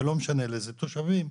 ולא משנה לאיזה תושבים.